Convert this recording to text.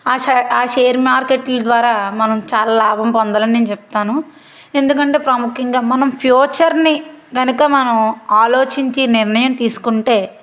ఆ షే ఆ షేర్ మార్కెట్లు ద్వారా మనం చాలా లాభం పొందాలని అని నేను చెప్తాను ఎందుకంటే ప్రాముఖ్యంగా మనం ఫ్యూచర్ని గనుక మనము ఆలోచించి నిర్ణయం తీస్కుంటే